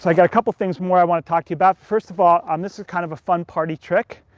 like got a couple things more i want to talk to you about. first of all, um this is kind of a fun party trick.